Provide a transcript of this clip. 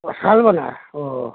ও শালবোনা ও